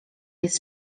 jest